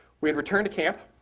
we had returned to camp.